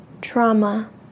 Trauma